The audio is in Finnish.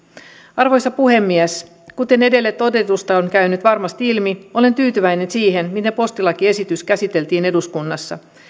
arvoisa puhemies kuten edellä todetusta on käynyt varmasti ilmi olen tyytyväinen siihen miten postilakiesitys käsiteltiin eduskunnassa